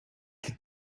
could